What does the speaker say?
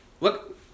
Look